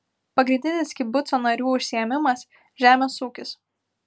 pagrindinis kibuco narių užsiėmimas žemės ūkis